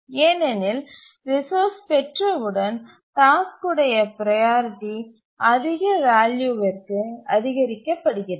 ஏனெனில் ரிசோர்ஸ் பெற்றவுடன் டாஸ்க் உடைய ப்ரையாரிட்டி அதிக வேல்யூவிற்கு அதிகரிக்கப்படுகிறது